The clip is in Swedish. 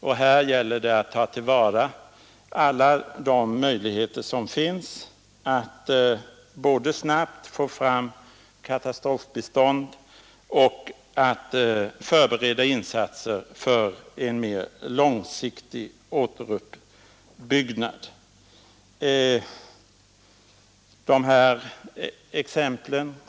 Även här gäller det att ta till vara alla de möjligheter som finns både att snabbt få fram katastrofbistånd och att förbereda insatser för en mer långsiktig återuppbyggnad.